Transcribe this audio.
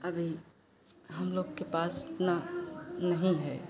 अभी हम लोग के पास इतना नहीं है